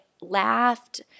laughed